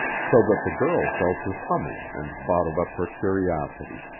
so that the girl fell to humming and bottled up her curiosity.